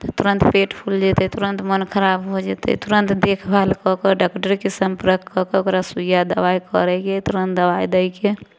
तऽ तुरन्त पेट फुलि जेतै तुरन्त मन खराब भऽ जेतै तुरन्त देखभाल कऽ कऽ डागदरके सम्पर्क कऽ कऽ ओकरा सुइआ दबाइ करयके हइ तुरन्त दबाइ दैके हइ